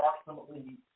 approximately